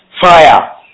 fire